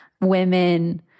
women